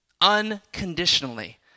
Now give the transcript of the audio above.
unconditionally